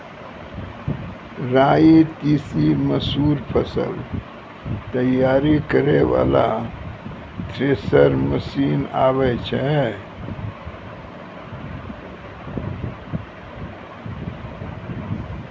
राई तीसी मसूर फसल तैयारी करै वाला थेसर मसीन आबै छै?